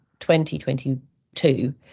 2022